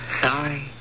sorry